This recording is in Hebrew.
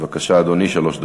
בבקשה, אדוני, שלוש דקות.